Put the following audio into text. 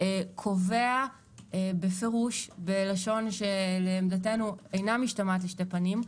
קובע בפירוש בלשון שלעמדתנו אינה משתמעת לשני פנים,